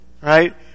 Right